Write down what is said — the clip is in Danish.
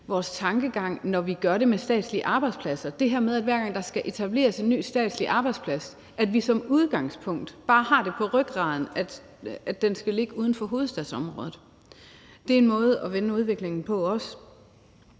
vores tankegang, når vi gør det med statslige arbejdspladser. Det her med, at vi, hver gang der skal etableres en ny statslig arbejdsplads, som udgangspunkt bare har det på rygraden, at den skal ligge uden for hovedstadsområdet, er også en måde at vende udviklingen på.